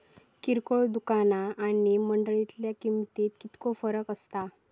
किरकोळ दुकाना आणि मंडळीतल्या किमतीत कितको फरक असता?